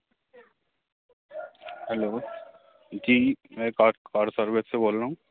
hello जी मैं car car service से बोल रहा हूँ